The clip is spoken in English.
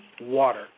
water